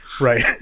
Right